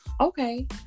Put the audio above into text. Okay